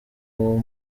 uwo